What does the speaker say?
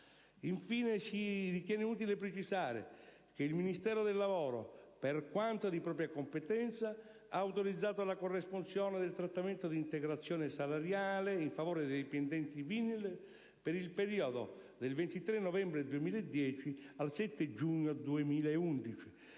Infine si ritiene utile precisare che il Ministero del lavoro, per quanto di propria competenza, ha autorizzato la corresponsione del trattamento di integrazione salariale in favore dei dipendenti Vinyls per il periodo dal 23 novembre 2010 al 7 giugno 2011.